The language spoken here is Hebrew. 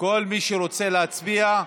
כל מי שרוצה להצביע,